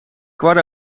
kwart